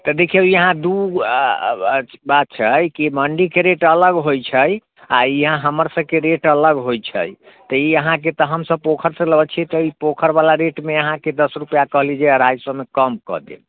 तऽ देखियौ ई अहाँ दू बात छै कि मण्डीके रेट अलग होइ छै आओर ई हमर सभके रेट अलग होइ छै तऽ ई अहाँके तऽ हम सभ पोखरिसँ लबै छियै तऽ पोखरिवला रेटमे अहाँके दस रुपिआ कहलीह जे अढ़ाइ सएमे कम कऽ देब